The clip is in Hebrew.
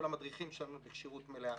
כל המדריכים שלנו בכשירות מלאה,